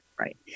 Right